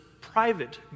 private